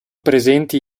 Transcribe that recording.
presenti